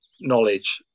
knowledge